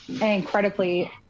incredibly